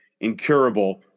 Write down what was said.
incurable